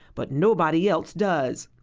but nobody else does.